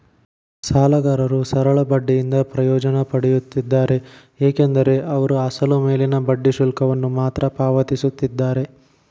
ಸಾಲಗಾರರು ಸರಳ ಬಡ್ಡಿಯಿಂದ ಪ್ರಯೋಜನ ಪಡೆಯುತ್ತಾರೆ ಏಕೆಂದರೆ ಅವರು ಅಸಲು ಮೇಲಿನ ಬಡ್ಡಿ ಶುಲ್ಕವನ್ನು ಮಾತ್ರ ಪಾವತಿಸುತ್ತಿದ್ದಾರೆ